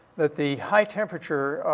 that the high temperature,